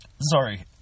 Sorry